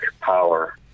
power